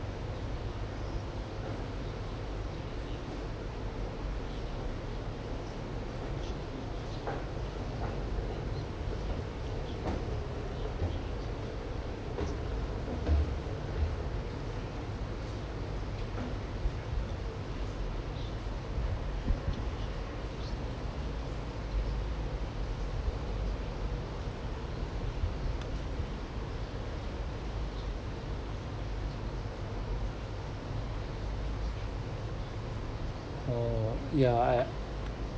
oh ya I I